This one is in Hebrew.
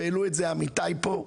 והעלו את זה עמיתיי פה,